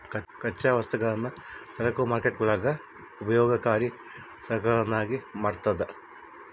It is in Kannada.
ಕಚ್ಚಾ ವಸ್ತುಗಳನ್ನು ಸರಕು ಮಾರ್ಕೇಟ್ಗುಳು ಉಪಯೋಗಕರಿ ಸರಕುಗಳನ್ನಾಗಿ ಮಾಡ್ತದ